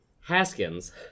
Haskins